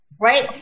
right